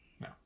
No